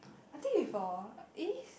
I think before eh